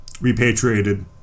repatriated